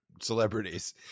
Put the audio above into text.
celebrities